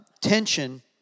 tension